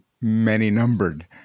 many-numbered